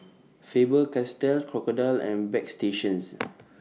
Faber Castell Crocodile and Bagstationz